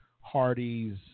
Hardy's